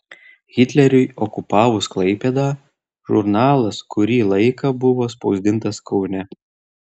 hitleriui okupavus klaipėdą žurnalas kurį laiką buvo spausdintas kaune